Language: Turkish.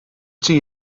için